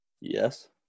Yes